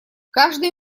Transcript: каждый